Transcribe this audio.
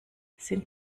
sind